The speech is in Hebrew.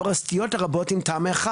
לאור הסטיות הרבות עם תמ"א 1?